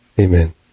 Amen